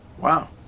Wow